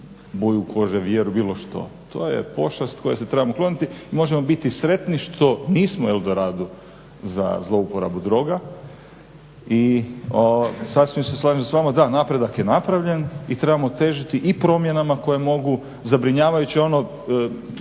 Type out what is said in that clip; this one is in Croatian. boju kože, vjeru, bilo što. To je pošast koje se trebamo kloniti i možemo biti sretni što nismo El Dorado za zlouporabu droga. I sasvim se slažem s vama, da, napredak je napravljen i trebamo težiti i promjenama koje mogu, zabrinjavajuće je